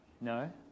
No